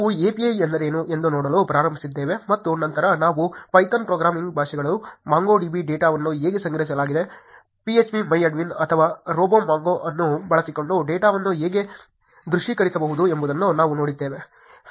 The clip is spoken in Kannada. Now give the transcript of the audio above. ನಾವು API ಎಂದರೇನು ಎಂದು ನೋಡಲು ಪ್ರಾರಂಭಿಸಿದ್ದೇವೆ ಮತ್ತು ನಂತರ ನಾವು ಪೈಥಾನ್ ಪ್ರೋಗ್ರಾಮಿಂಗ್ ಭಾಷೆಗಳು MongoDB ಡೇಟಾವನ್ನು ಹೇಗೆ ಸಂಗ್ರಹಿಸಲಾಗಿದೆ PhpMyAdmin ಅಥವಾ RoboMongo ಅನ್ನು ಬಳಸಿಕೊಂಡು ಡೇಟಾವನ್ನು ಹೇಗೆ ದೃಶ್ಯೀಕರಿಸಬಹುದು ಎಂಬುದನ್ನು ನಾವು ನೋಡಿದ್ದೇವೆ